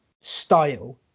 style